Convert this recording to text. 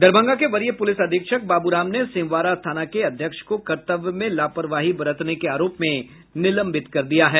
दरभंगा के वरीय पुलिस अधीक्षक बाबूराम ने सिंहवारा थाना के अध्यक्ष को कर्तव्य में लापरवाही बरतने के आरोप में निलंबित कर दिया गया